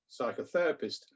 psychotherapist